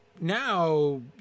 now